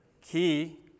key